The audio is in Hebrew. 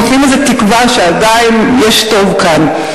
נותנים איזו תקווה שעדיין יש טוב כאן.